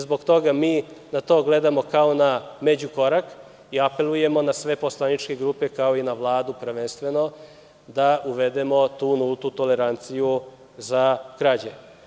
Zbog toga mi na to gledamo kao na međukorak i apelujemo na sve poslaničke grupe kao i na Vladu, prvenstveno da uvedemo tu nultu toleranciju za krađe.